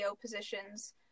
positions